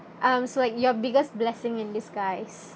um so like your biggest blessing in disguise